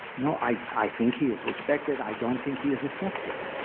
no, i i think he is respected. i don't think he is effective.